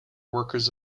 workers